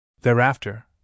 Thereafter